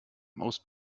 most